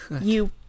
You-